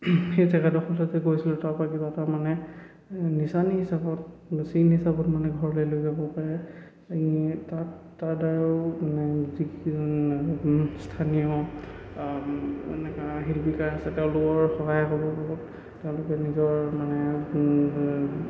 সেই গৈছিলোঁ তাৰপা কিবা তাৰ মানে মানে ঘৰলে লৈ যাব পাৰে তাত স্থানীয় এনেকা শিল্পীকাৰ আছে তেওঁলোকৰ সহায় লগত তেওঁলোকে নিজৰ মানে